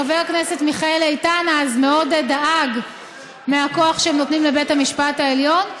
חבר הכנסת מיכאל איתן אז מאוד דאג מהכוח שהם נותנים לבית המשפט העליון,